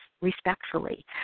respectfully